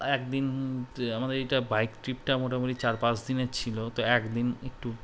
একদিন আমাদের এইটা বাইক ট্রিপটা মোটামুটি চার পাঁচ দিনের ছিল তো একদিন একটু